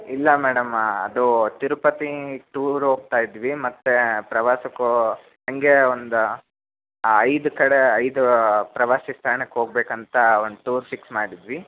ಇಲ್ಲ ಮೇಡಮ್ ಅದು ತಿರುಪತಿ ಟೂರ್ ಹೋಗ್ತಾ ಇದ್ವಿ ಮತ್ತು ಪ್ರವಾಸಕ್ಕೂ ಹಂಗೆ ಒಂದು ಐದು ಕಡೆ ಐದು ಪ್ರವಾಸಿ ತಾಣಕ್ಕೆ ಹೋಗ್ಬೇಕು ಅಂತ ಒಂದು ಟೂರ್ ಫಿಕ್ಸ್ ಮಾಡಿದ್ವಿ